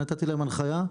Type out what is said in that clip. אני נתתי להם הנחיה,